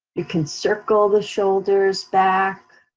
you can circle the shoulders back,